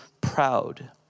proud